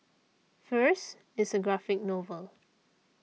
first it's a graphic novel